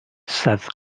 self